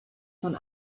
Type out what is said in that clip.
von